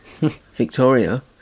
Victoria